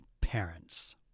parents